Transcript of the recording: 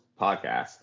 podcast